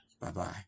Bye-bye